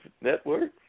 network